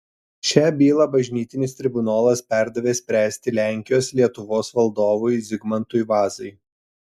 šią bylą bažnytinis tribunolas perdavė spręsti lenkijos lietuvos valdovui zigmantui vazai